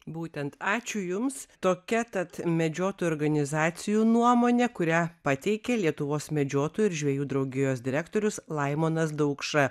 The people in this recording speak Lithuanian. būtent ačiū jums tokia tad medžiotojų organizacijų nuomonė kurią pateikė lietuvos medžiotojų ir žvejų draugijos direktorius laimonas daukša